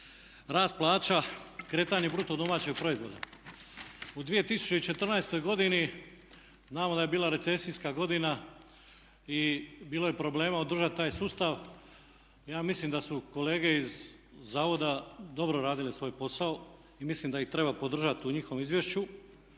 rast plaća, kretanje bruto domaćeg proizvoda. U 2014. godini znamo da je bila recesijska godina i bilo je problema održati taj sustav. Ja mislim da su kolege iz zavoda dobro radile svoj posao i mislim da ih treba podržati u njihovom izvješću.